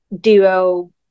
duo